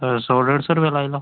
सौ डेढ़ सौ रपेआ लाई लैओ